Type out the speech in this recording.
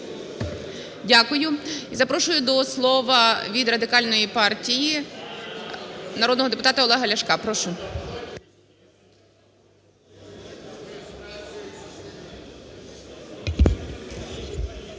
Дякую. І запрошую до слова від Радикальної партії народного депутата Олега Ляшка, прошу.